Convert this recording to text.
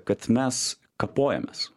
kad mes kapojomės